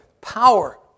power